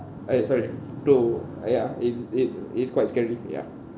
!aiya! sorry to !aiya! it's it's it's quite scary ya